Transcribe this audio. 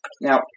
Now